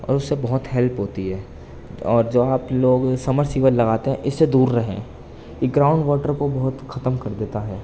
اور اس سے بہت ہیلپ ہوتی ہے اور جو آپ لوگ سمرسیبل لگاتے ہیں اس سے دور رہیں یہ گراؤنڈ واٹر کو بہت ختم کر دیتا ہے